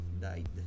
died